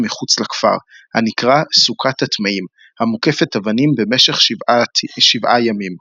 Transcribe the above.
מחוץ לכפר הנקרא "סוכת הטמאים" המוקפת אבנים במשך שבעה ימים.